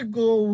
go